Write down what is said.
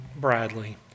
Bradley